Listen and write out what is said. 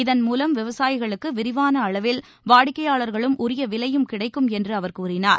இதன்மூலம் விவசாயிகளுக்கு விரிவான அளவில் வாடிக்கையாளர்களும் உரிய விலையும் கிடைக்கும் என்று அவர் கூறினார்